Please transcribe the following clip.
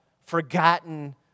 forgotten